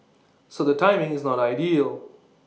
so the timing is not ideal